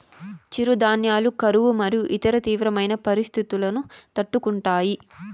చిరుధాన్యాలు కరువు మరియు ఇతర తీవ్రమైన పరిస్తితులను తట్టుకుంటాయి